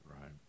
Right